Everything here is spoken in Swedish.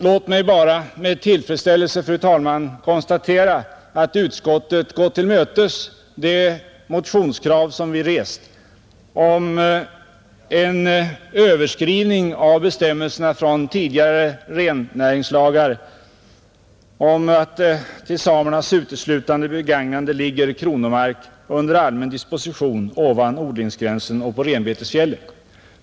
Låt mig bara med tillfredsställelse, fru talman, konstatera att utskottet gått till mötes det motionskrav som vi rest om en överskrivning av bestämmelserna från tidigare rennäringslagar om att ”till samernas uteslutande begagnande ligger kronomark under allmän disposition ovan odlingsgränsen och på renbetesfjällen”.